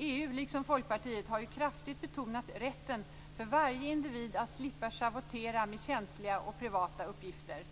EU liksom Folkpartiet har ju kraftigt betonat rätten för varje individ att slippa schavottera med känsliga och privata uppgifter.